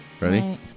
Ready